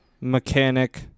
mechanic